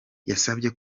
yasabye